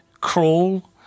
Crawl